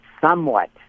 somewhat